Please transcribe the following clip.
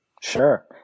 Sure